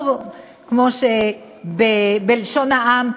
או בלשון העם,